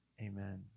amen